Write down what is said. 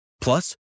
Plus